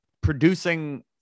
producing